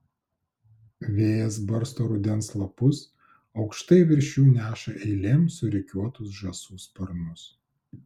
vėjas barsto rudens lapus aukštai virš jų neša eilėm surikiuotus žąsų sparnus